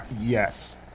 yes